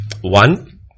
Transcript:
one